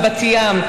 מבת ים,